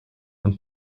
und